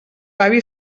avi